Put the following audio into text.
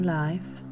life